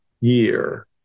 year